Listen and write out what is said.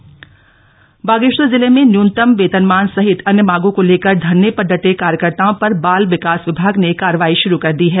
सेवा समाप्त बागेश्वर जिले में न्यूनतम वेतनमान सहित अन्य मांगों को लेकर धरने पर डटे कार्यकर्ताओं पर बाल विकास विमाग ने कार्रवाई शुरू कर दी है